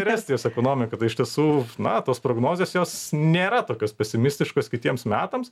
ir estijos ekonomika tai iš tiesų na tos prognozės jos nėra tokios pesimistiškos kitiems metams